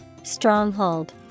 Stronghold